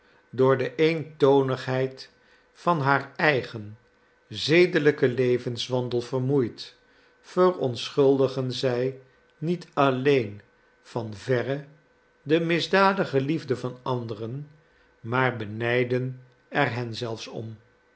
door de eentoonigheid van haar eigen zedelijken levenswandel vermoeid verontschuldigen zij niet alleen van verre de misdadige liefde van anderen maar benijden er hen zelfs om